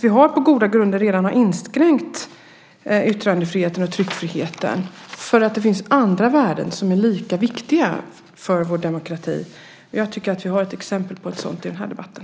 Vi har på goda grunder redan inskränkt yttrandefriheten och tryckfriheten för att det finns andra värden som är lika viktiga för vår demokrati. Vi har ett sådant exempel i den här debatten.